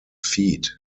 feet